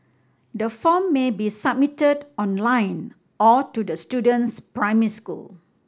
the form may be submitted online or to the student's primary school